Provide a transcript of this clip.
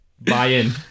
buy-in